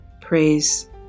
Praise